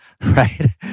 right